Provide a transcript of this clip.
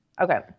Okay